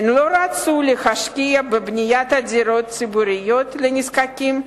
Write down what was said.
הן לא רצו להשקיע בבניית דירות ציבוריות לנזקקים,